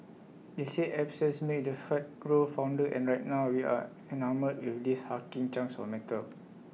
they say absence makes the heart grow fonder and right now we are enamoured with these hulking chunks of metal